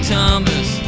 Thomas